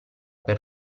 per